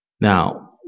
Now